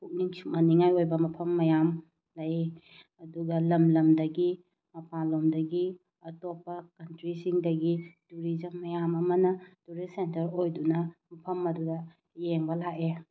ꯄꯨꯛꯅꯤꯡ ꯁꯨꯝꯍꯠꯅꯤꯡꯉꯥꯏ ꯑꯣꯏꯕ ꯃꯐꯝ ꯃꯌꯥꯝ ꯂꯩ ꯑꯗꯨꯒ ꯂꯝ ꯂꯝꯗꯒꯤ ꯃꯄꯥꯟꯂꯣꯝꯗꯒꯤ ꯑꯇꯣꯞꯄ ꯀꯟꯇ꯭ꯔꯤꯁꯤꯡꯗꯒꯤ ꯇꯨꯔꯤꯖꯝ ꯃꯌꯥꯝ ꯑꯃꯅ ꯇꯨꯔꯤꯁ ꯁꯦꯟꯇꯔ ꯑꯣꯏꯗꯨꯅ ꯃꯐꯝ ꯑꯗꯨꯗ ꯌꯦꯡꯕ ꯂꯥꯛꯑꯦ